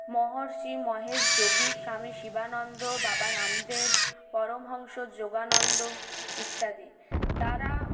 মহর্ষি মহেশ যোগী স্বামী শিবানন্দ বাবা রামদেব পরমহংস যোগানন্দ ইত্যাদি তারা